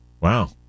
wow